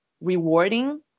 rewarding